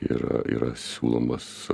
yra yra siūlomas